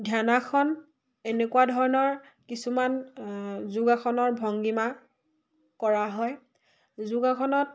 ধ্যানাসন এনেকুৱা ধৰণৰ কিছুমান যোগাসনৰ ভংগীমা কৰা হয় যোগাসনত